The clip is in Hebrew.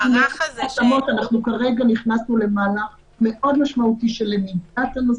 אנחנו כרגע נכנסנו למהלך מאוד משמעותי של למידת כל הנושא,